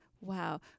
Wow